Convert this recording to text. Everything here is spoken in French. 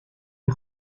les